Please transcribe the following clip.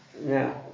Now